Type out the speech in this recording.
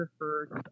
first